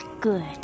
good